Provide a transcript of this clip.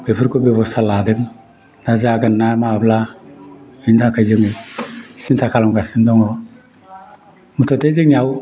बेफोरखौ बेबस्था लादों दा जागोना माब्ला बेनि थाखाय जों सिन्था खालामगासिनो दङ मुथथे जोंनियाव